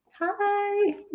Hi